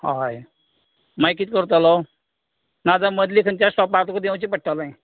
हय मागीर कितें करतलो नाजाल्यार मदल्या खंयच्याय स्टोपार तुका देंवचें पडटलें